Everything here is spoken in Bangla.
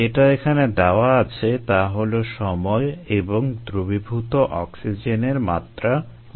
যেটা এখানে দেওয়া আছে তা হলো সময় এবং দ্রবীভূত অক্সিজেনের মাত্রা মিলিভোল্টে